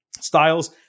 Styles